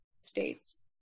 States